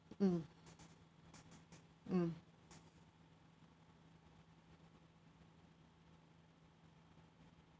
mm mm